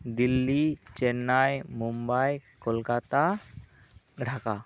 Delhi Chennai Mumbai Kolkata Dhaka